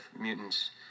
mutants